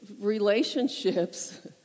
relationships